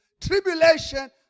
tribulation